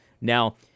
Now